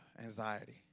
Anxiety